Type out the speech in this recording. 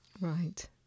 Right